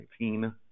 2019